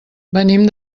venim